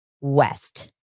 West